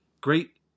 Great